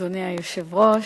אדוני היושב-ראש,